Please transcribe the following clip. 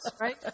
right